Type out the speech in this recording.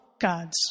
God's